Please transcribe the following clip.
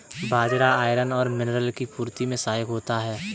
बाजरा iron और mineral की पूर्ति में सहायक होता है